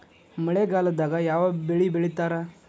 ಮಳೆಗಾಲದಾಗ ಯಾವ ಬೆಳಿ ಬೆಳಿತಾರ?